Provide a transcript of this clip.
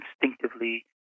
instinctively